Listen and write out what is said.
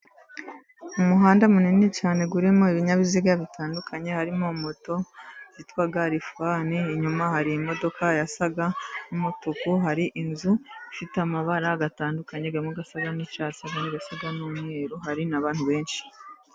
Umuhanda munini cyane urimo ibinyabiziga bitandukanye. Harimo moto yitwa lifani, inyuma hari imodoka isa n'umutuku. Hari inzu ifite amabara atandukanye amwe asa n'icyatsi, andi asa n'umweru, hari n'abantu benshi.